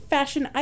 Fashion